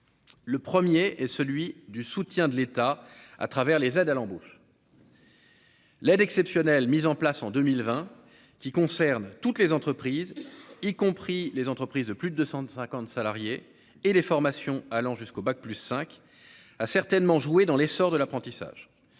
le 1er est celui du soutien de l'État à travers les aides à l'embauche. L'aide exceptionnelle mise en place en 2020, qui concerne toutes les entreprises, y compris les entreprises de plus de 250 salariés et les formations allant jusqu'au bac plus cinq a certainement joué dans l'essor de l'apprentissage,